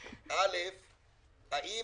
האם